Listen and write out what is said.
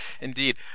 Indeed